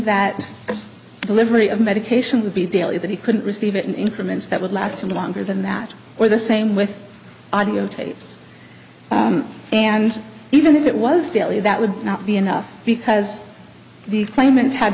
delivery of medication would be daily that he couldn't receive it an increment that would last longer than that or the same with audio tapes and even if it was daily that would not be enough because the claimant had